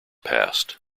passed